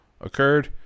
Occurred